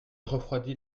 refroidit